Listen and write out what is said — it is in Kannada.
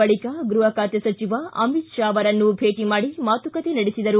ಬಳಕ ಗೃಹ ಖಾತೆ ಸಚಿವ ಅಮಿತ್ ಶಾ ಅವರು ಭೇಟ ಮಾಡಿ ಮಾತುಕತೆ ನಡೆಸಿದರು